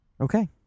Okay